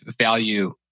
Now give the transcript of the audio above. value